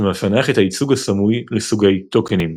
שמפענח את הייצוג הסמוי לסוגי טוקנים.